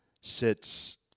sits